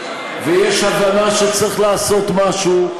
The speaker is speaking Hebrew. ויש הבנה שצריך לעשות משהו.